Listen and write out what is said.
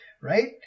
right